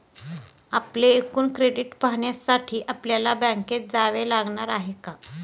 आपले एकूण क्रेडिट पाहण्यासाठी आपल्याला बँकेत जावे लागणार आहे का?